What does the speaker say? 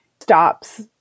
stops